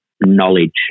knowledge